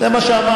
זה מה שאמרת.